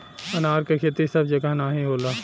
अनार क खेती सब जगह नाहीं होला